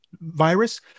virus